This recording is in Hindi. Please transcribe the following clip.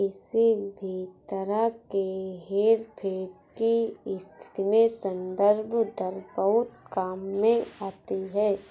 किसी भी तरह के हेरफेर की स्थिति में संदर्भ दर बहुत काम में आती है